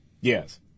Yes